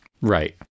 Right